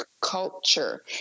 culture